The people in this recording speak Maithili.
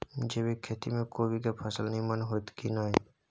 जैविक खेती म कोबी के फसल नीमन होतय की नय?